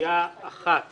סיעה אחת